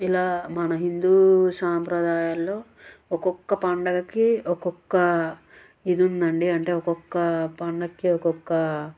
ఇలా మన హిందూ సాంప్రదాయాలలో ఒకొక్క పండుగకి ఒకొక్క ఇది ఉంది అండి అంటే ఒకొక్క పండక్కి ఒకొక్క